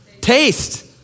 Taste